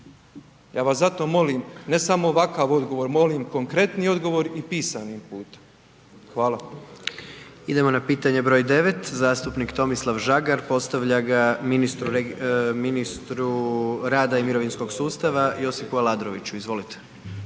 Ja vas zato molim ne samo ovakav odgovor, molim konkretniji odgovor i pisanim putem. Hvala. **Jandroković, Gordan (HDZ)** Idemo na pitanje broj 9. Zastupnik Tomislav Žagar postavlja ga ministru rada i mirovinskog sustava Josipu Aladroviću. Izvolite.